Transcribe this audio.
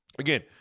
Again